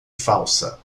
falsa